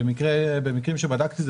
ובדיון הקודם,